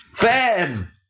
ben